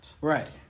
Right